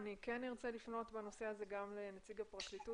אני ארצה לשמוע בנושא הזה גם את נציג הפרקליטות,